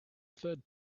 third